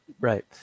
right